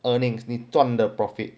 earnings 你赚的 profit